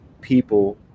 people